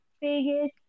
biggest